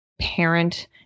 parent